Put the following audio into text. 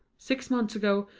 six months ago,